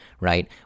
right